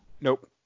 Nope